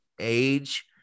age